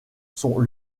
sont